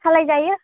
सालाय जायो